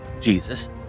Jesus